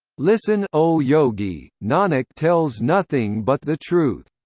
listen o yogi, nanak tells nothing but the truth.